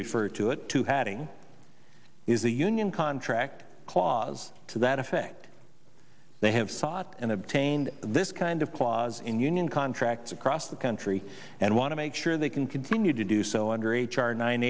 refer to it to having is the union contract clause to that effect they have sought and obtained this kind of clause in union contracts across the country and want to make sure they can continue to do so under h r nine